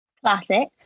Classic